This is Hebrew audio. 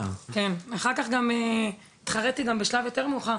אחר כך גם התחריתי בשלב יותר מאוחר,